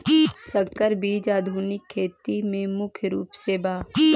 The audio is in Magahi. संकर बीज आधुनिक खेती में मुख्य रूप से बा